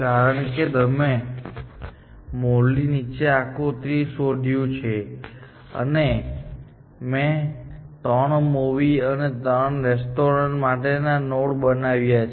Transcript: કારણ કે તમે મોલની નીચે આખું ટ્રી શોધ્યું છે અને મેં 3 મૂવીસ અને 3 રેસ્ટોરન્ટ માટેના નોડ બનાવ્યા છે